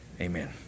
Amen